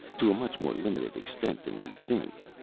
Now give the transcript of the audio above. to a much more limited extent than we think,